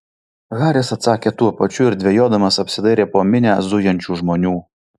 haris atsakė tuo pačiu ir dvejodamas apsidairė po minią zujančių žmonių